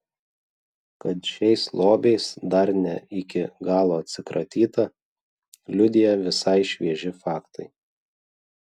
kad šiais lobiais dar ne iki galo atsikratyta liudija visai švieži faktai